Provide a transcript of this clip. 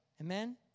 Amen